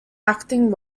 acting